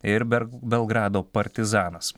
ir ber belgrado partizanas